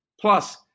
Plus